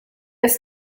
ist